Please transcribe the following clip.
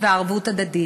וערבות הדדית.